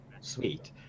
sweet